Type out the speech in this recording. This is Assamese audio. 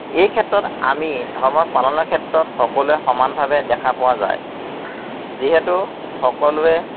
এই ক্ষেত্ৰত আমি ধৰ্মৰ পালনৰ ক্ষেত্ৰত সকলোৱে সমানভাৱে দেখা পোৱা যায় যিহেতু সকলোৱে